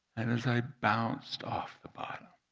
and as i bounced off the bottom,